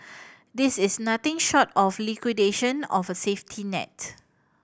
this is nothing short of liquidation of a safety net